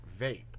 vape